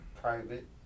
private